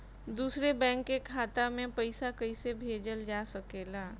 दूसरे बैंक के खाता में पइसा कइसे भेजल जा सके ला?